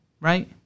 right